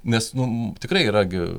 nes nu tikrai yra gi